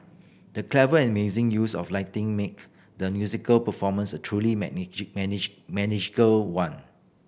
the clever amazing use of lighting make the musical performance a truly one